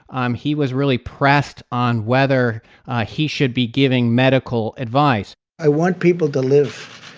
um he was really pressed on whether ah he should be giving medical advice i want people to live,